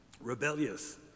rebellious